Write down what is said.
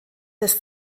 des